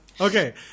okay